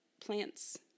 plants